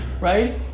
right